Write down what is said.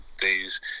days